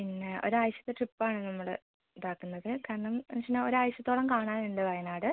പിന്നെ ഒരാഴ്ചത്തെ ട്രിപ്പ് ആണ് നമ്മൾ ഇത് ആക്കുന്നത് കാരണം പ്രശ്നം ഒരാഴ്ചത്തോളം കാണാൻ ഉണ്ട് വയനാട്